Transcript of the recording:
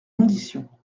conditions